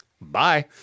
bye